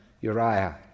Uriah